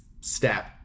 step